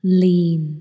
lean